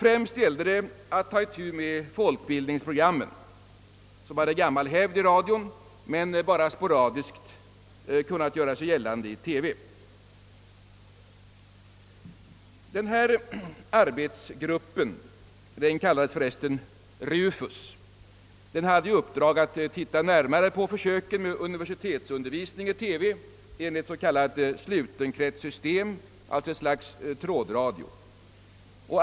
Främst gällde det att ta itu med folkbildningsprogrammen, som hade gammal hävd i radion men som endast sporadiskt kunnat göra sig gällande i TV. Arbetsgruppen hade också i uppdrag att titta närmare på försöken med universitetsundervisning i TV enligt s.k. slutenkretssystem, alltså ett slags trådradio.